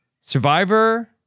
Survivor